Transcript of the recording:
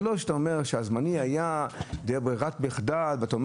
זה לא שאתה אומר שהזמני היה ברירת מחדל ואתה אומר